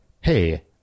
hey